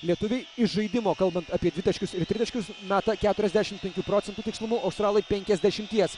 lietuviai iš žaidimo kalbant apie dvitaškius ir tritaškius meta keturiasdešim penkių procentų tikslumu australai penkiasdešimies